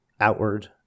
outward